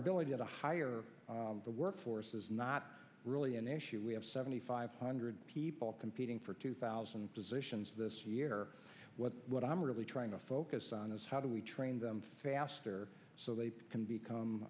ability to hire the workforce is not really an issue we have seventy five hundred people competing for two thousand positions this year what i'm really trying to focus on is how do we train them faster so they can become